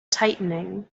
tightening